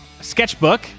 sketchbook